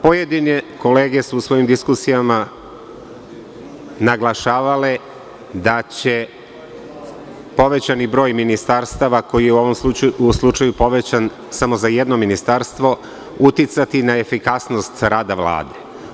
Pojedine kolege su u svojim diskusijama naglašavale da će povećani broj ministarstava koji je u ovom slučaju povećan samo za jedno ministarstvo uticati na efikasnost rada Vlade.